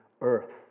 earth